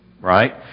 right